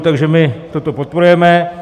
Takže my toto podporujeme.